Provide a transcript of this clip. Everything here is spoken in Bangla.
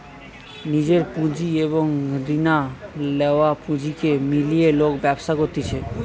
নিজের পুঁজি এবং রিনা লেয়া পুঁজিকে মিলিয়ে লোক ব্যবসা করতিছে